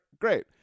great